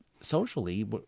socially